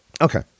Okay